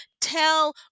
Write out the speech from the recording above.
tell